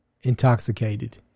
intoxicated